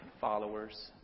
followers